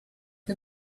you